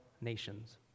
nations